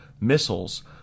missiles